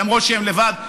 למרות שהם לבד,